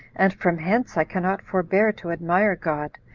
and from hence i cannot forbear to admire god,